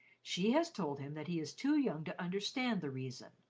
she has told him that he is too young to understand the reason,